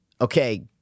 okay